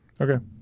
Okay